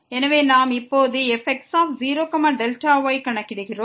எனவே நாம் இப்போது fx0yஐ கணக்கிடுகிறோம்